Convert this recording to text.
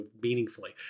meaningfully